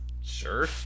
sure